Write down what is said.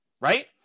Right